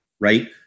right